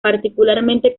particularmente